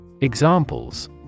Examples